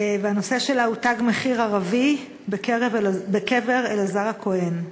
והנושא שלה הוא "תג מחיר" ערבי בקבר אלעזר הכהן.